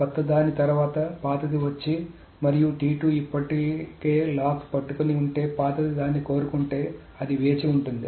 కొత్త దాని తర్వాత పాతది వచ్చి మరియు ఇప్పటికే లాక్ పట్టుకుని ఉంటే పాతది దానిని కోరుకుంటే అది వేచి ఉంటుంది